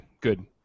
good